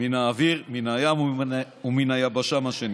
מן האוויר, מן הים ומן היבשה, מה שנקרא.